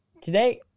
today